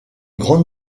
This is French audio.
grande